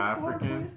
African